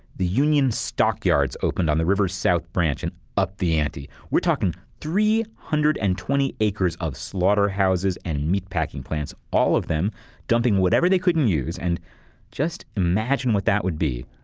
the union stockyards opened on the river's south branch and up the ante. we're talking three hundred and twenty acres of slaughterhouses and meat packing plants. all of them dumping whatever they couldn't use and just imagine what that would be,